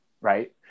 right